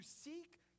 seek